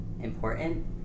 important